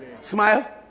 Smile